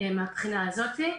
מהבחינה הזאת.